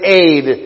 aid